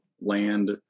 Land